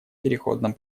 переходном